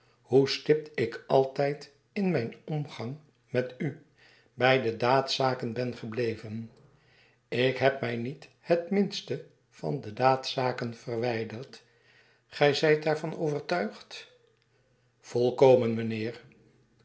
hoe stipt ik altijd in mijn omgang met u by de daadzaken ben gebieven ik heb mij niet het minste van de daadzaken verwijderd gij zijt daarvan overtuigd volkomen mijnheer